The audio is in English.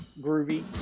groovy